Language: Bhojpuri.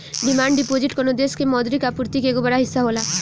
डिमांड डिपॉजिट कवनो देश के मौद्रिक आपूर्ति के एगो बड़ हिस्सा होला